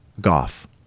goff